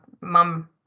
mum